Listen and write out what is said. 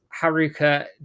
Haruka